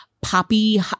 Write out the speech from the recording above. poppy